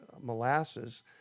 molasses